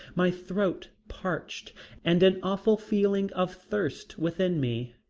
my throat parched and an awful feeling of thirst within me.